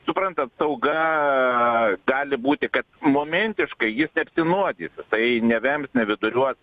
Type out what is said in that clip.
suprantat sauga gali būti kad momentiškai jis neapsinuodys tai nevems ne viduriuos